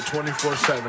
24-7